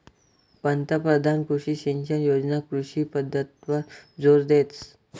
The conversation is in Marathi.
पंतपरधान कृषी सिंचन योजना कृषी पद्धतवर जोर देस